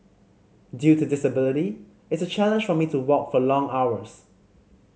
due to disability it's a challenge for me to walk for long hours